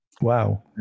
Wow